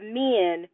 men